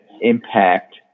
impact